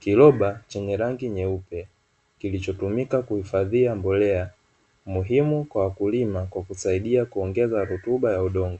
Kiroba chenye rangi nyeupe kilichotumika kuihifadhia mbolea muhimu kwa wakulima kwa kusaidia kuongeza rutuba ya udongo.